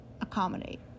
accommodate